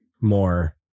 more